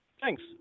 Thanks